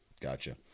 Gotcha